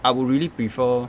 I will really prefer